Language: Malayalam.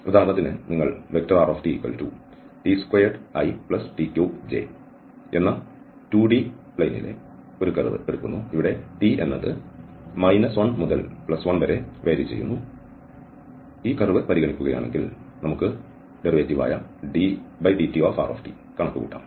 ഉദാഹരണത്തിന് നിങ്ങൾ ഈ rtt2it3j എന്ന 2D യിലെ കർവ് ഇവിടെ t എന്നത് 1 മുതൽ 1 വരെ വ്യത്യാസപ്പെടുന്നു പരിഗണിക്കുകയാണെങ്കിൽ drtdt നമുക്ക് കണക്കുകൂട്ടാം